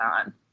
on